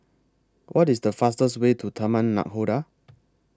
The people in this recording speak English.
What IS The fastest Way to Taman Nakhoda